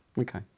Okay